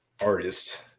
artist